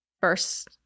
First